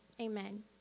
amen